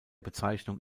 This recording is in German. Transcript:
bezeichnung